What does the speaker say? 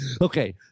Okay